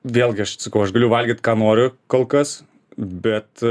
vėlgi aš sakau aš galiu valgyt ką noriu kol kas bet